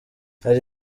hari